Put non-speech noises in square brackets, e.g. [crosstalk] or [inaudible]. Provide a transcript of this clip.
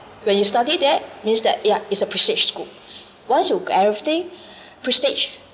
when you study there means that yeah it's a prestige school [breath] once you prestige